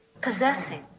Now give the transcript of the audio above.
possessing